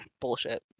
bullshit